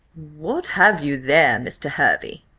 what have you there, mr. hervey?